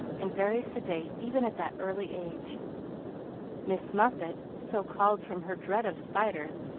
and very sedate even at that early age miss muffet, so called from her dread of spiders,